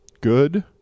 good